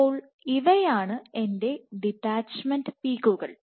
അപ്പോൾ ഇവയാണ് എൻറെ ഡിറ്റാച്ച്മെന്റ് പീക്കുകൾ